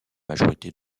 majorité